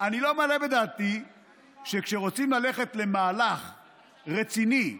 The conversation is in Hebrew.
אני לא מעלה בדעתי שכשרוצים ללכת למהלך רציני,